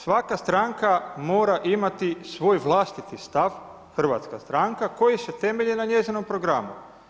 Svaka stranka mora imati svoj vlastiti stav, hrvatska stranka, koji se temelji na njezinom programu.